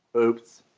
oops.